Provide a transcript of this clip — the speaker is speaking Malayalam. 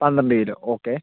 പന്ത്രണ്ടു കിലോ ഓക്കെ